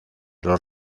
los